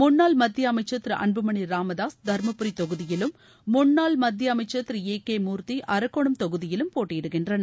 முன்னாள் மத்திய அமைச்சர் திரு அன்புமணி ராமதாஸ் தருமபுரி தொகுதியிலும் முன்னாள் மத்திய அமைச்சர் திரு ஏ கே மூர்த்தி அரக்கோணம் தொகுதியிலும் போட்டியிடுகின்றனர்